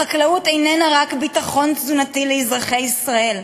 החקלאות איננה רק ביטחון תזונתי לאזרחי ישראל,